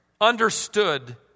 understood